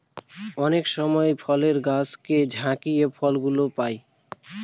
অনেক সময় ফলের গাছকে ঝাকিয়ে ফল গুলো পাই